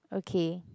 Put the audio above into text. okay